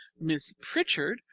miss pritchard,